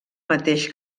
mateix